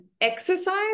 exercise